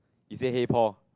he say hey Paul